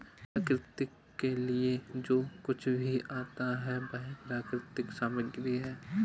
प्रकृति के लिए जो कुछ भी आता है वह प्राकृतिक सामग्री है